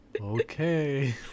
Okay